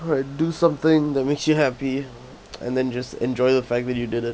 alright do something that makes you happy and then just enjoy the fact that you did it